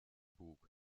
bug